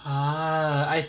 ah I